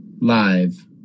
live